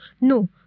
No